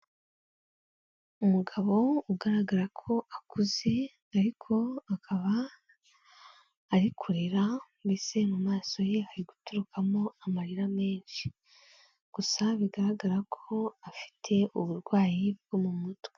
Umugabo ugaragara ko akuze ariko akaba ari kurira, mbese mu maso ye hari guturukamo amarira menshi, gusa bigaragara ko afite uburwayi bwo mu mutwe.